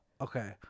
Okay